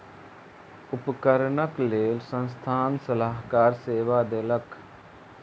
उपकरणक लेल संस्थान सलाहकार सेवा देलक